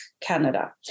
Canada